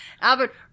Albert